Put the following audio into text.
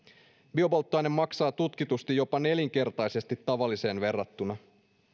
biopolttoaine maksaa tutkitusti jopa nelinkertaisesti tavalliseen verrattuna